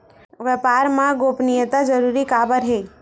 व्यापार मा गोपनीयता जरूरी काबर हे?